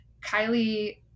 Kylie